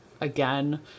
again